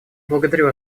благодарю